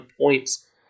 points